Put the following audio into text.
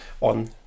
on